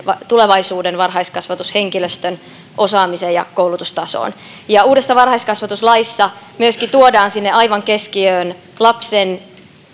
tulevaisuuden varhaiskasvatushenkilöstön osaamiseen ja koulutustasoon uudessa varhaiskasvatuslaissa myöskin tuodaan sinne aivan keskiöön lapsen